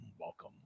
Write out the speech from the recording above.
Welcome